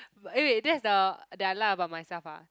but eh wait that's the that I like about myself ah